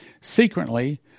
Secretly